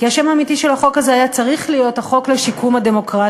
כי השם האמיתי של החוק הזה היה צריך להיות "החוק לשיקום הדמוקרטיה".